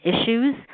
issues